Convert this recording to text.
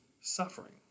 suffering